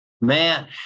Man